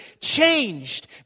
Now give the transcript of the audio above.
changed